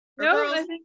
No